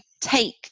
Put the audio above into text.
take